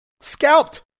Scalped